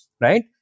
Right